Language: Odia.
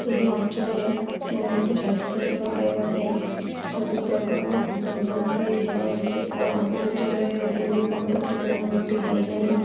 ଏହି ଅଞ୍ଚଳରେ ଉନ୍ନତ ସ୍ୱାସ୍ଥ୍ୟ ସେବା ପାଇବା ପାଇଁ ସବୁ ପ୍ରକାର ଉନ୍ନତି ହେବା ଉଚିତ୍ ଆଉ ଆମ ଅଞ୍ଚଳରେ ଏବେ ବି ବୋହୁତ ପ୍ରକାର ଉନ୍ନତି ହେଇନାହିଁ